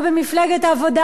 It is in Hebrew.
או במפלגת העבודה,